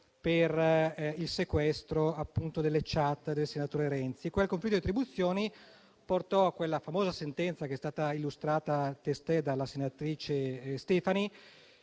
per il sequestro delle *chat* del senatore Renzi. Quel conflitto di attribuzione portò a quella famosa sentenza che è stata illustrata testé dalla senatrice Stefani,